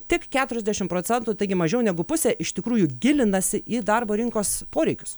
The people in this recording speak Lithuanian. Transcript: tik keturiasdešim procentų taigi mažiau negu pusė iš tikrųjų gilinasi į darbo rinkos poreikius